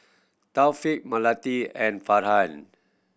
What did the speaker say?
Taufik Melati and Farhan